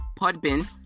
Podbin